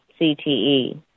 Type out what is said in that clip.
CTE